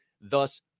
thus